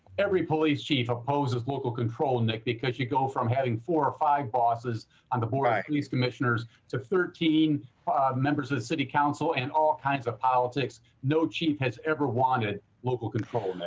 every police chief opposes local control and like because you go from having four or five bosses on the board of police commissioners to thirteen members of the city council and all kinds of politics. no chief has ever wanted local control,